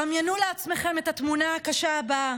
דמיינו לעצמכם את התמונה הקשה הבאה: